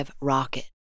rocket